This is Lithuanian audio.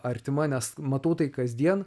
artima nes matau tai kasdien